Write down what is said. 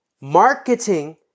Marketing